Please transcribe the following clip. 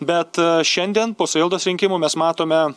bet šiandien po savivaldos rinkimų mes matome